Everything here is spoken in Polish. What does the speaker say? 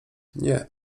nie